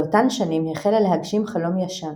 באותן שנים החלה להגשים חלום ישן